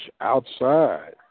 outside